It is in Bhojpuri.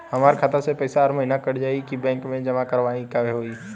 हमार खाता से पैसा हर महीना कट जायी की बैंक मे जमा करवाए के होई?